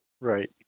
right